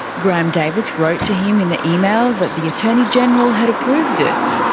graham davis wrote to him in the email that the attorney general had approved it.